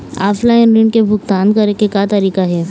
Offline ऋण के भुगतान करे के का तरीका हे?